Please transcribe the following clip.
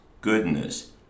goodness